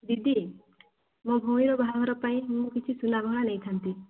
ଦିଦି ମୋ ଭଉଣୀର ବାହାଘର ପାଇଁ ମୁଁ କିଛି ସୁନା ଗହଣା ନେଇଥାନ୍ତି